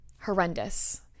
horrendous